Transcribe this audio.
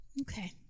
Okay